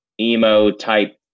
emo-type